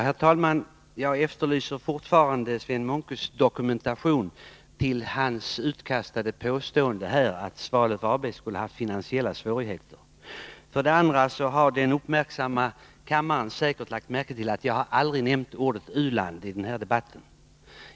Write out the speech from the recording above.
Herr talman! Jag efterlyser fortfarande Sven Munkes dokumentation för hans utkastade påstående att Svalöf AB skulle ha haft finansiella svårigheter. Den uppmärksamma kammaren har säkert lagt märke till att jag aldrig har nämnt ordet u-land i den här debatten.